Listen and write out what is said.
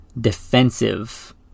defensive